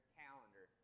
calendar